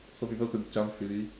so people could jump freely